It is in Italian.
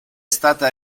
stata